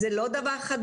כך שזה לא דבר חדש,